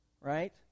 right